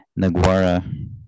Naguara